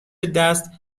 دست